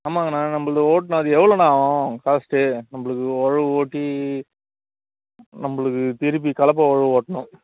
ஆமாங்கண்ணா நம்மளுது ஓட்டணும் அது எவ்வளோண்ணா ஆகும் காஸ்ட்டு நம்மளுக்கு உழவு ஓட்டி நம்மளுக்கு திருப்பி கலப்பை உழவு ஓட்டணும்